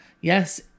yes